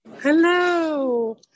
Hello